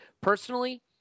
personally